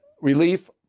relief